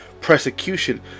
persecution